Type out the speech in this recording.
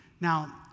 Now